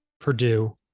Purdue